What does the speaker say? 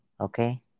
Okay